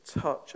touch